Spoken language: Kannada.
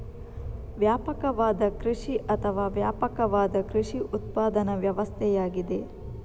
ವ್ಯಾಪಕವಾದ ಕೃಷಿ ಅಥವಾ ವ್ಯಾಪಕವಾದ ಕೃಷಿ ಉತ್ಪಾದನಾ ವ್ಯವಸ್ಥೆಯಾಗಿದೆ